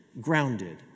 grounded